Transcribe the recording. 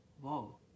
whoa